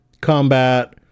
combat